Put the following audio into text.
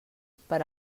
per